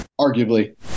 arguably